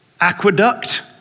aqueduct